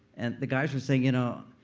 and the guys were saying, you know,